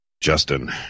Justin